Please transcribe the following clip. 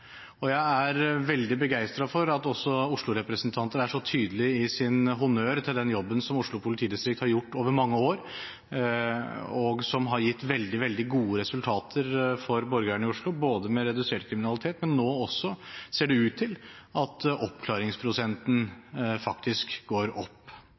sa. Jeg er veldig begeistret for at også Oslo-representanter er så tydelige i sin honnør til den jobben som Oslo politidistrikt har gjort over mange år, og som har gitt veldig, veldig gode resultater for borgerne i Oslo, med redusert kriminalitet. Nå ser det også ut til at oppklaringsprosenten faktisk går opp.